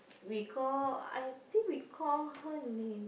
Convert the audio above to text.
we call I think we call her name